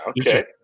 okay